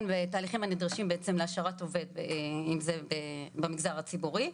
בתהליכים הנדרשים בעצם להשארת עובד אם זה במגזר הציבורי.